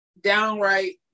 downright